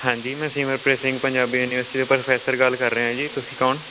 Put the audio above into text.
ਹਾਂਜੀ ਮੈਂ ਸਿਮਰਪ੍ਰੀਤ ਸਿੰਘ ਪੰਜਾਬੀ ਯੂਨੀਵਰਸਿਟੀ ਦਾ ਪ੍ਰੋਫੈਸਰ ਗੱਲ ਕਰ ਰਿਹਾ ਜੀ ਤੁਸੀਂ ਕੌਣ